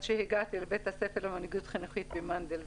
שהגעתי לביתה ספר למנהיגות חינוכית של קרן מנדל.